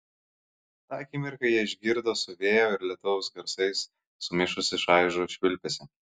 tą akimirką jie išgirdo su vėjo ir lietaus garsais sumišusį šaižų švilpesį